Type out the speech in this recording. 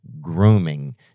grooming